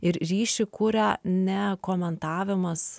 ir ryšį kuria ne komentavimas